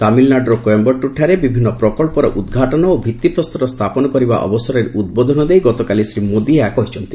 ତାମିଲନାଡୁର କୋଇମ୍ଭାଟୁର୍ ଠାରେ ବିଭିନ୍ନ ପ୍ରକଳ୍ପର ଉଦ୍ଘାଟନ ଓ ଭିତ୍ତିପ୍ରସ୍ତର ସ୍ଥାପନ କରିବା ଅବସରରେ ଉଦ୍ବୋଧନ ଦେଇ ଶ୍ରୀ ମୋଦି ଏହା କହିଛନ୍ତି